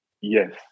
yes